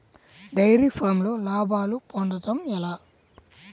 Dairy ఫామ్లో లాభాలు పొందడం ఎలా?